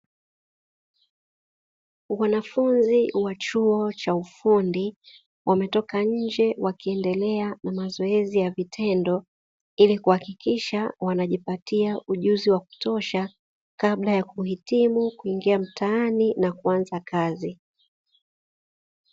Wanafunzi wa chuo cha ufundi wametoka njee wakiendelea na mazoezi ya vitendo, ili kuhakikisha wana jipatia ujuzi wa kutosha kabla ya kuhitimu kuingia mtaani na kuanza kazi.